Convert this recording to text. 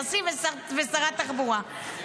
נשיא ושרת תחבורה.